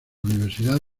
universidad